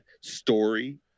story